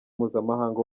mpuzamahanga